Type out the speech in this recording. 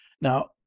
Now